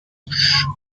couches